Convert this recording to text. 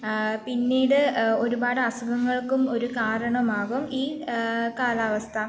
പിന്നീട് ഒരുപാട് അസുഖങ്ങൾക്കും ഒരു കാരണമാകും ഈ കാലാവസ്ഥ